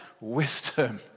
wisdom